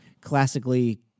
classically